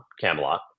Camelot